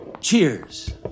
Cheers